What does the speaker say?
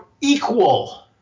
equal